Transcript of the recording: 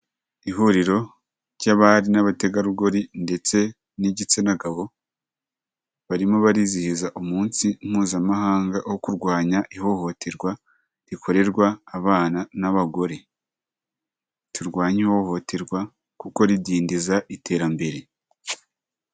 Ihuriro ry'abari n'abategarugori ndetse n'igitsina gabo, barimo barizihiza umunsi mpuzamahanga wo kurwanya ihohoterwa rikorerwa abana n'abagore, turwanya ihohoterwa kuko ridindiza iterambere.